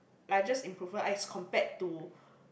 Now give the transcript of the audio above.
largest improvement as compared to